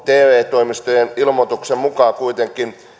toimistojen ilmoituksen mukaan kuitenkin